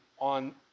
on